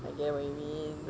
I get what you mean